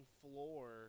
floor